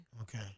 Okay